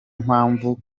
mpamvu